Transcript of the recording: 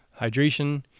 hydration